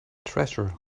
treasure